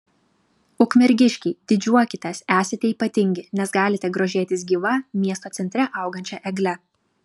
ukmergiškiai didžiuokitės esate ypatingi nes galite grožėtis gyva miesto centre augančia egle